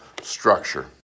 structure